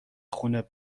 خون